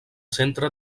centre